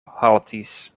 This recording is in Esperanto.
haltis